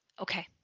okay